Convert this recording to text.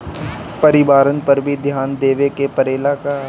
परिवारन पर भी ध्यान देवे के परेला का?